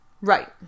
Right